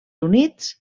units